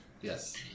yes